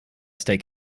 steak